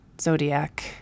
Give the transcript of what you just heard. zodiac